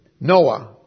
Noah